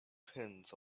pins